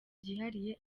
byihariye